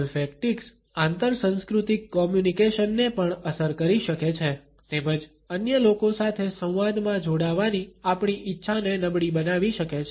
olfactics આંતરસંસ્કૃતિક કોમ્યુનકેશનને પણ અસર કરી શકે છે તેમજ અન્ય લોકો સાથે સંવાદમાં જોડાવાની આપણી ઇચ્છાને નબળી બનાવી શકે છે